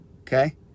okay